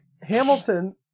Hamilton